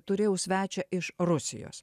turėjau svečią iš rusijos